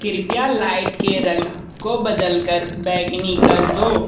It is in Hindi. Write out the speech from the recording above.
कृपया लाइट के रंग को बदल कर बैंगनी कर दो